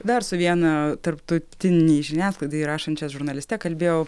dar su viena tarptautinei žiniasklaidai rašančia žurnaliste kalbėjau